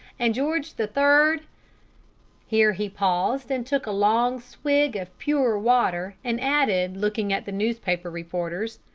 and george the third here he paused and took a long swig of pure water, and added, looking at the newspaper reporters,